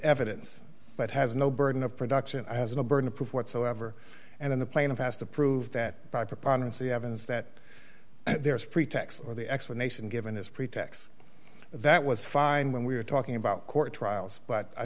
evidence but has no burden of production has no burden of proof whatsoever and then the plaintiff has to prove that by preponderance of evidence that there is pretext or the explanation given is pretax that was fine when we were talking about court trials but i